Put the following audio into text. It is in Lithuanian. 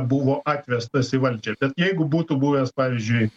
buvo atvestas į valdžią bet jeigu būtų buvęs pavyzdžiui